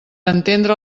entendre